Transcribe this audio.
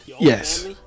yes